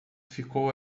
ficou